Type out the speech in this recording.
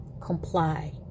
comply